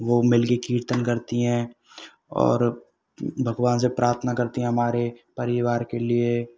वो मिल के कीर्तन करती हैं और भगवान से प्रार्थना करती है हमारे परिवार के लिए